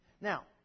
Now